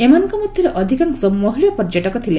ଏମାନଙ୍କ ମଧ୍ୟରେ ଅଧିକାଂଶ ମହିଳା ପର୍ଯ୍ୟଟକ ଥିଲେ